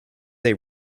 they